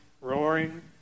roaring